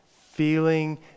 feeling